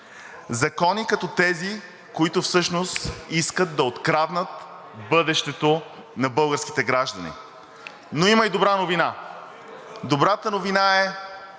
Закони като тези, които всъщност искат да откраднат бъдещето на българските граждани. Но има и добра новина! Добрата новина е,